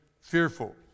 fearful